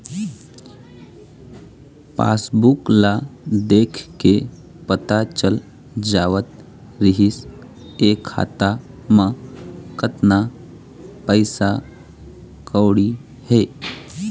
passbook ल देखके पता चल जावत रिहिस हे खाता म कतना पइसा कउड़ी हे